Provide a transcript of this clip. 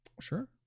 Sure